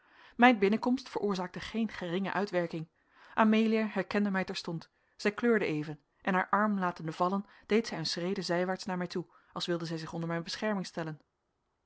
mijn binnenkomst veroorzaakte geen geringe uitwerking amelia herkende mij terstond zij kleurde even en haar arm latende vallen deed zij een schrede zijwaarts naar mij toe als wilde zij zich onder mijn bescherming stellen